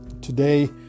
Today